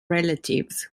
relatives